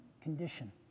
condition